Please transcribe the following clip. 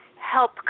help